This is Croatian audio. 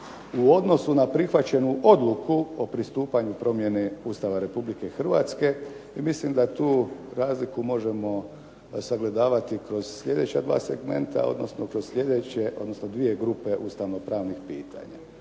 u odnosu na prihvaćenu Odluku o pristupanju promjeni Ustava Republike Hrvatske i mislim da tu razliku možemo sagledavati kroz sljedeća dva segmenta, odnosno dvije grupe ustavno pravnih pitanja.